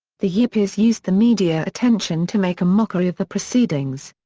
the yippies used the media attention to make a mockery of the proceedings.